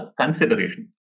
consideration